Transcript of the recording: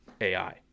AI